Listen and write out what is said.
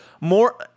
more